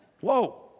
Whoa